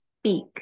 speak